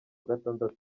gatandatu